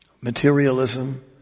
materialism